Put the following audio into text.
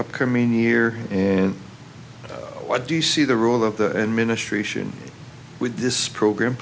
upcoming year and what do you see the role of the administration with this program